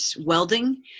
welding